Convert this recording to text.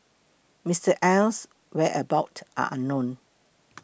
Mister Aye's whereabouts are unknown